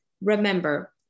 Remember